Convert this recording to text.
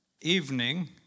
evening